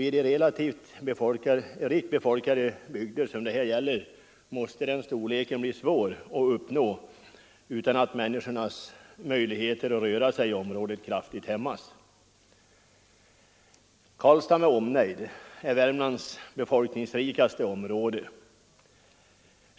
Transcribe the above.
I de relativt rikt befolkade bygder som det här gäller måste den storleken 'bli svår att uppnå utan att människornas möjligheter att röra sig i området kraftigt hämmas. Karlstad med omnejd är Värmlands befolkningsrikaste område.